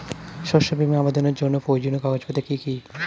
শস্য বীমা আবেদনের জন্য প্রয়োজনীয় কাগজপত্র কি কি?